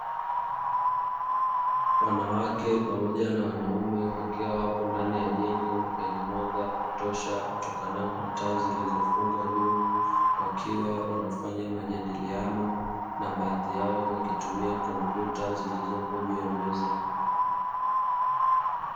Wanawake pamoja na wanaume wakiwa wapo ndani ya jengo lenye mwanga wa kutosha, utokanao na taa zilizofungwa juu, wakiwa wanafanya majadiliano na baadhi yao wakitumia kompyuta zilizopo juu ya meza.